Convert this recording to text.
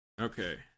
okay